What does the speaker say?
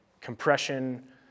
compression